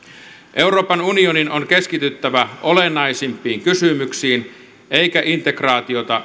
euroopan unionin on keskityttävä olennaisimpiin kysymyksiin eikä integraatiota